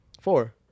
four